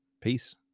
Peace